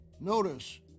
Notice